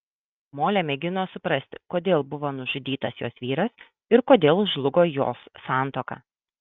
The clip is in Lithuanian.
molė mėgino suprasti kodėl buvo nužudytas jos vyras ir kodėl žlugo jos santuoka